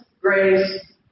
grace